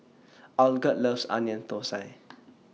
Algot loves Onion Thosai